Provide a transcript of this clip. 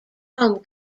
home